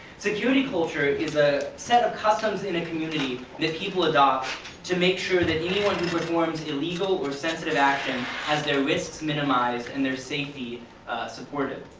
security culture is a set of customs in the community that people adopt to make sure that anyone who performs illegal or sensitive action has their risks minimized and their safety supported.